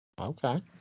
Okay